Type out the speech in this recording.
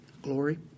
Glory